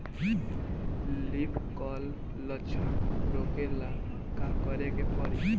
Leaf curl लक्षण रोकेला का करे के परी?